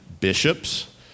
bishops